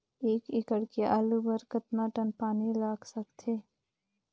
एक एकड़ के आलू बर कतका टन पानी लाग सकथे?